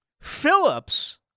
Phillips